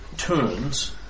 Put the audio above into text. turns